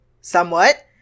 somewhat